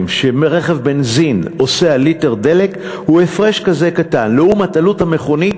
שרכב בנזין עושה על ליטר דלק הוא הפרש כזה קטן לעומת עלות המכונית,